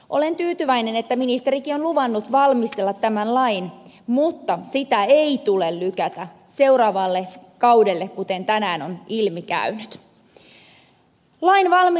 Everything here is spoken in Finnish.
olen tyytyväinen että ministerikin on luvannut valmistella tämän lain mutta sitä ei tule lykätä seuraavalle kaudelle kuten tänään on ilmi käynyt